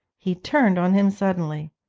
he turned on him suddenly.